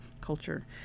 culture